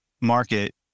market